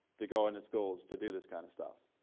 to go into schools to do this kind of stuff.